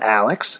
alex